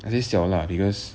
I say 小辣 because